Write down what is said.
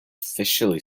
officially